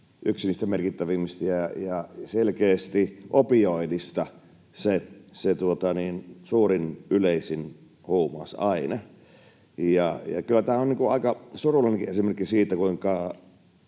yksi niistä merkittävimmistä — ja selkeästi opioideista se yleisin huumausaine. Kyllä tämä on aika surullinenkin esimerkki siitä,